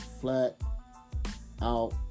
flat-out